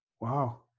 Wow